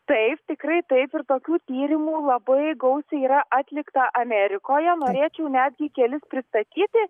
taip tikrai taip ir tokių tyrimų labai gausiai yra atlikta amerikoje norėčiau netgi kelis pristatyti